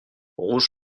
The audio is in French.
rouge